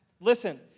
Listen